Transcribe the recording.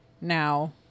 now